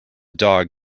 dog